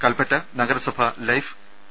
കൽപ്പറ്റ നഗരസഭ life P